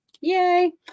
Yay